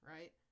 right